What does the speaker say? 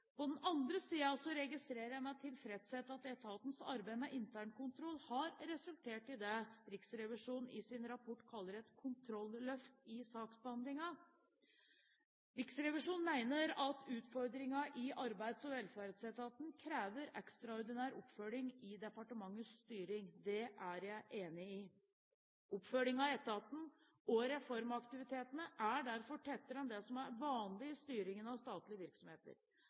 på situasjonen. På den andre siden registrerer jeg med tilfredshet at etatens arbeid med internkontroll har resultert i det Riksrevisjonen i sin rapport kaller et «kontrolløft» i saksbehandlingen. Riksrevisjonen mener at utfordringen i Arbeids- og velferdsetaten krever ekstraordinær oppfølging av departementets styring. Det er jeg enig i. Oppfølgingen av etaten og reformaktivitetene er derfor tettere enn det som er vanlig i styringen av statlige virksomheter.